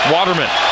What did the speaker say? Waterman